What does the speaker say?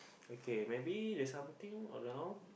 okay maybe there's something around